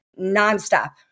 nonstop